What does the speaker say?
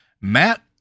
Matt